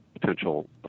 potential